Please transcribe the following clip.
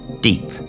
Deep